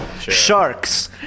Sharks